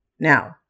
Now